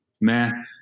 man